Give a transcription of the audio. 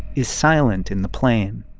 is silent in the plane.